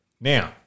Now